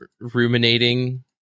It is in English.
ruminating